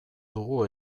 dugu